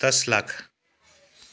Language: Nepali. दस लाख